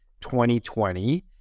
2020